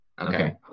Okay